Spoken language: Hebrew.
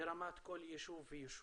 ברמת כל יישוב ויישוב.